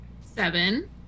Seven